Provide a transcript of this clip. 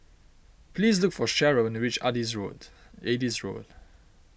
please look for Cheryll when you reach Adis Road Adis Road